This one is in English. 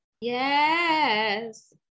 Yes